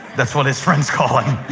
that's what his friends call him.